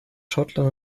schottland